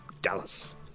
Dallas